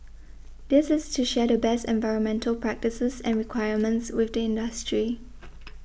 this is to share the best environmental practices and requirements with the industry